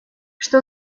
что